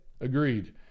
Agreed